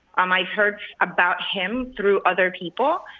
um i've heard about him through other people.